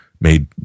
made